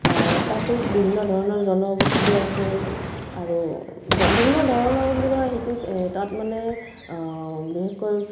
তাতো বিভিন্ন ধৰণৰ জনগোষ্ঠী আছে আৰু বিভিন্ন ধৰণৰ বুলি কয় সেইটো তাত মানে বিশেষকৈ